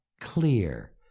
clear